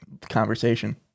conversation